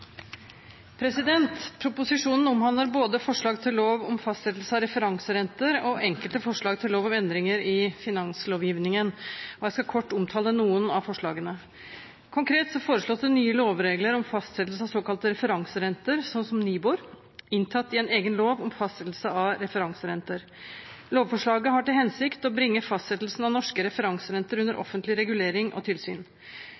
7. Proposisjonen omhandler både forslag til lov om fastsettelse av referanserenter og enkelte forslag til lov om endringer i finanslovgivningen, og jeg skal kort omtale noen av forslagene. Konkret foreslås det nye lovregler om fastsettelse av såkalte referanserenter, så som Nibor, inntatt i en egen lov om fastsettelse av referanserenter. Lovforslaget har til hensikt å bringe fastsettelsen av norske referanserenter under offentlig regulering og tilsyn.